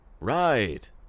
right